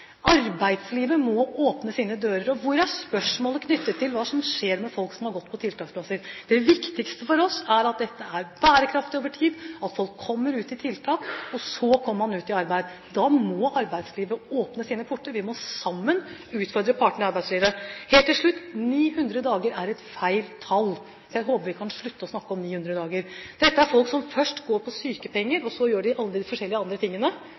Arbeidslivet må åpne sine dører. Hvor er spørsmålet knyttet til hva som skjer med folk som har hatt tiltaksplasser? Det viktigste for oss er at dette er bærekraftig over tid, at folk kommer ut på tiltak, og så kommer man ut i arbeid. Da må arbeidslivet åpne sine porter, vi må sammen utfordre partene i arbeidslivet. Helt til slutt: 900 dager er feil tall. Jeg håper vi kan slutte å snakke om 900 dager. Dette er folk som først går på sykepenger, og så gjør de alle de forskjellige andre tingene